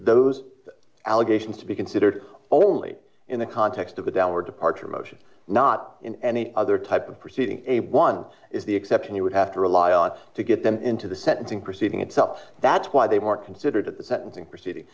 those allegations to be considered only in the context of a downward departure motion not in any other type of proceeding one is the exception you would have to rely on to get them into the sentencing proceeding itself that's why they were considered at the sentencing proceeding